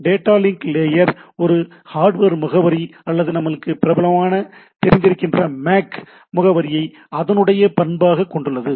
data link layer ஒரு hardware முகவரி அல்லது நமக்கு பிரபலமாக தெரிந்திருக்கிற மேக் முகவரியை அதனுடைய பண்பாகக் கொண்டுள்ளது